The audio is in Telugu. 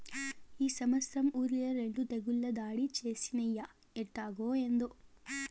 ఈ సంవత్సరం ఒరిల రెండు తెగుళ్ళు దాడి చేసినయ్యి ఎట్టాగో, ఏందో